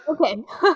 Okay